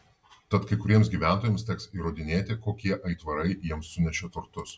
tad kai kuriems gyventojams teks įrodinėti kokie aitvarai jiems sunešė turtus